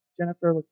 Jennifer